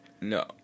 No